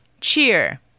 Cheer